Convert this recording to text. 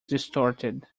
distorted